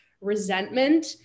resentment